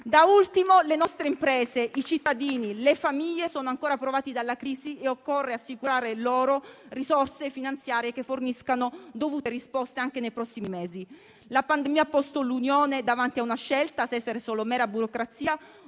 Da ultimo, le nostre imprese, i cittadini, le famiglie sono ancora provati dalla crisi e occorre assicurare loro risorse finanziarie che forniscano dovute risposte anche nei prossimi mesi. La pandemia ha posto l'Unione davanti a una scelta: se essere solo mera burocrazia